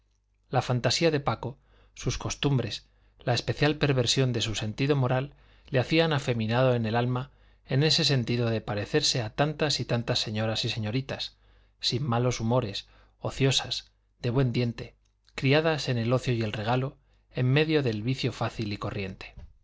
la fantasía de paco sus costumbres la especial perversión de su sentido moral le hacían afeminado en el alma en el sentido de parecerse a tantas y tantas señoras y señoritas sin malos humores ociosas de buen diente criadas en el ocio y el regalo en medio del vicio fácil y corriente